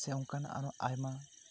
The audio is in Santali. ᱥᱮ ᱚᱱᱠᱟᱱ ᱟᱨᱚ ᱟᱭᱢᱟ